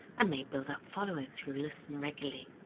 and may build up followers who listen regularly.